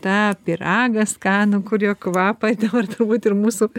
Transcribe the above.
tą pyragą skanų kur jo kvapą dabar turbūt ir mūsų